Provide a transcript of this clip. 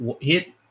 hit